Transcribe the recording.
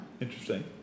Interesting